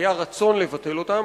היה רצון לבטל אותן.